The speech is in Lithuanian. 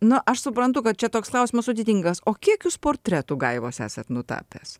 nu aš suprantu kad čia toks klausimas sudėtingas o kiek jūs portretų gaivos esat nutapęs